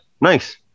Nice